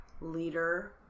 leader